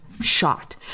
shot